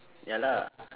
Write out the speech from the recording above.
ya lah